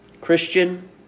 Christian